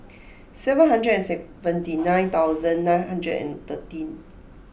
seven hundred and seventy nine thousand nine hundred and thirteen